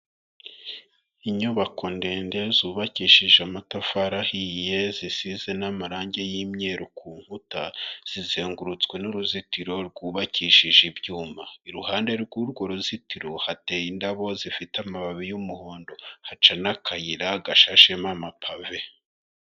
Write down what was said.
Inyubako ndende zubakishije amatafari ahiye zisize n'amarange y'imyeru ku nkuta, zizengurutswe n'uruzitiro rwubakishije ibyuma, iruhande rw'urwo ruzitiro hateye indabo zifite amababi y'umuhondo, haca n'akayira gashashemo amapave.